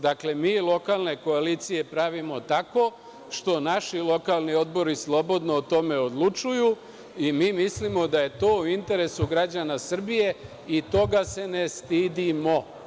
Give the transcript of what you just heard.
Dakle, mi lokalne koalicije, pravimo tako što naši lokalni odbori slobodno o tome odlučuju i mi mislimo da je to u interesu građana Srbije i toga se ne stidimo.